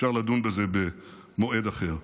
אפשר לדון בזה במועד אחר.